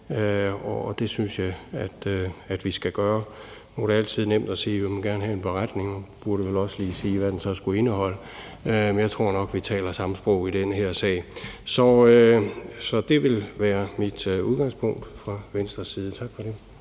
det synes jeg vi skal sørge for. Nu er det altid nemt at sige, at man gerne vil have en beretning. Man burde vel også lige sige, hvad den så skulle indeholde. Jeg tror nok, vi taler samme sprog i den her sag. Så det vil være mit og Venstres udgangspunkt.